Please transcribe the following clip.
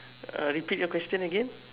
uh repeat your question again